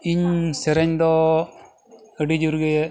ᱤᱧ ᱥᱮᱨᱮᱧ ᱫᱚ ᱟᱹᱰᱤ ᱡᱩᱨᱜᱮ